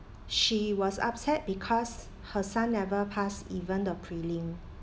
she was upset because her son never pass even the prelim